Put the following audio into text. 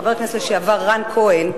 חבר הכנסת לשעבר רן כהן,